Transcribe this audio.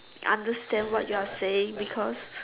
understand what you are saying because